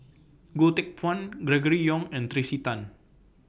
Goh Teck Phuan Gregory Yong and Tracey Tan